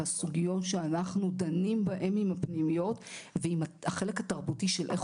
והסוגיות שאנחנו דנים בהן עם הפנימיות ועם החלק התרבותי של איך